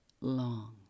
long